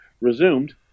resumed